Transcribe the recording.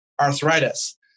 arthritis